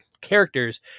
characters